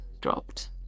dropped